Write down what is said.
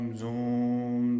zoom